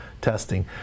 testing